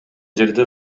жерде